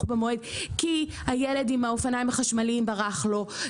במועד כי הילד עם האופניים החשמליים ברח לו,